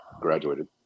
graduated